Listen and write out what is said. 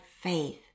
faith